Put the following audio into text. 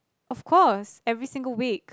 of course every single week